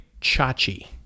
Chachi